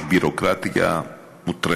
יש ביורוקרטיה מוטרפת.